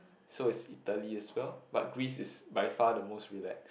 so is Italy as well but Greece is by far the most relax